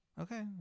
Okay